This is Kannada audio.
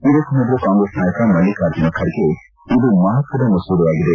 ಇದಕ್ಕೂ ಮೊದಲು ಕಾಂಗ್ರೆಸ್ ನಾಯಕ ಮಲ್ಲಿಕಾರ್ಜುನ ಖರ್ಗೆ ಇದು ಮಹತ್ವದ ಮಸೂದೆಯಾಗಿದೆ